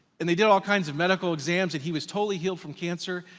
and they did all kinds of medical exams and he was totally healed from cancer,